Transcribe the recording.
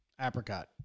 Apricot